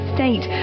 State